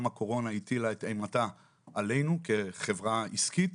גם הקורונה הטילה את אימתה עלינו כחברה עסקית,